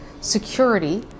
security